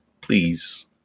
please